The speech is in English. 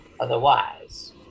otherwise